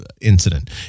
incident